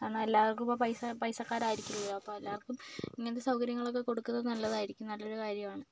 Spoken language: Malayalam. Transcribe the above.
എന്നാൽ എല്ലാവര്ക്കും ഇപ്പം പൈസ പൈസക്കാരായിരിക്കില്ലല്ലോ എല്ലാവര്ക്കും ഇങ്ങനത്തെ സൗകര്യങ്ങളൊക്കെ കൊടുക്കുന്നത് നല്ലതായിരിക്കും നല്ലൊരു കാര്യമാണ്